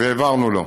והעברנו לו.